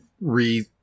re